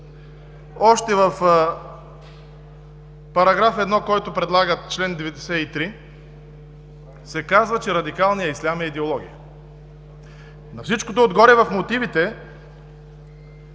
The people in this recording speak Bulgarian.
още в § 1, който предлага чл. 93, и се казва, че радикалният ислям е идеология. На всичкото отгоре, в мотивите